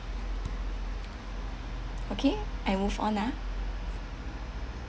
okay I move on ah